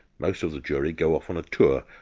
most of the jury go off on a tour,